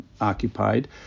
occupied